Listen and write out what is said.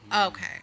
Okay